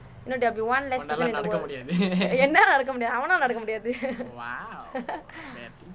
you know there will be one less person in the world என்ன நடக்க முடியாது அவனும் நடக்க முடியாது:enna nadakka mudiyaathu avanum nadakka mudiyaathu